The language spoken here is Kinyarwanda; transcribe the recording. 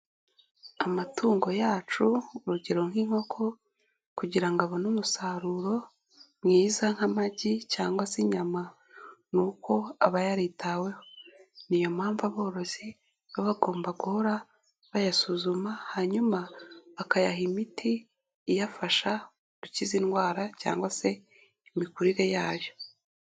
Amatungo yacu urugero nk'inkoko, kugira abone umusaruro mwiza nk'amagi cyangwa se inyama ni uko aba yaritaweho, ni yo mpamvu aborozi baba bagomba guhora bayasuzuma, hanyuma akayaha imiti iyafasha gukiza indwara cyangwa se imikurire yayo.